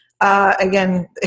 Again